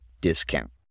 discount